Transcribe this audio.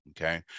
Okay